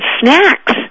snacks